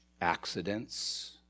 Accidents